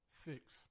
six